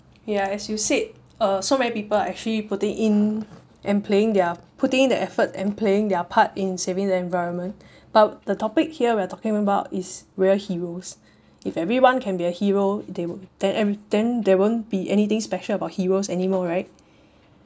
ya as you said uh so many people are actually putting in and playing their putting in the effort and playing their part in saving the environment but the topic here we're talking about is real heroes if everyone can be a hero they would then and then there won't be anything special about heroes anymore right